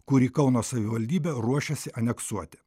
kurį kauno savivaldybė ruošiasi aneksuoti